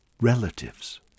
relatives